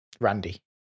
Randy